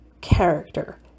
character